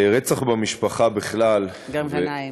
גם גנאים.